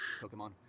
Pokemon